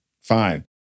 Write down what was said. fine